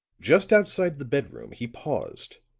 just outside the bedroom he paused,